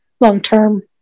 long-term